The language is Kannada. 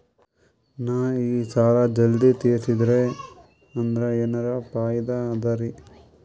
ನಾ ಈ ಸಾಲಾ ಜಲ್ದಿ ತಿರಸ್ದೆ ಅಂದ್ರ ಎನರ ಫಾಯಿದಾ ಅದರಿ?